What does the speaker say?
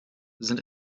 sind